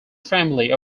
family